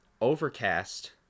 overcast